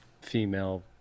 female